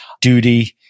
duty